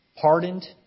pardoned